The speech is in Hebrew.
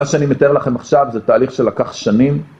מה שאני מתאר לכם עכשיו זה תהליך שלקח שנים